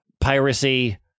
piracy